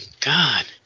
God